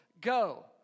go